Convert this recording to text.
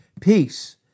Peace